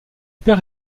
père